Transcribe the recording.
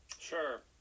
Sure